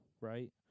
right